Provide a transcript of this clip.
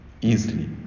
easily